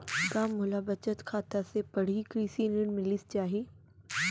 का मोला बचत खाता से पड़ही कृषि ऋण मिलिस जाही?